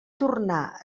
tornar